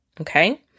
okay